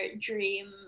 dream